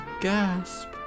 gasp